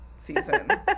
season